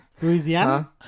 Louisiana